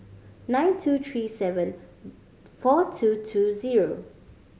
nine two three seven four two two zero